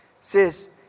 says